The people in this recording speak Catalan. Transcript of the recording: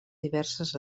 diverses